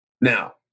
Now